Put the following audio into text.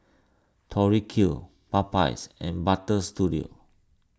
Tori Q Popeyes and Butter Studio